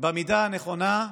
במידה הנכונה,